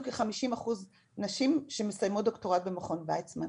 כ-50% נשים שמסיימות דוקטורט במכון וייצמן.